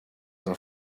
have